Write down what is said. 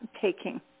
taking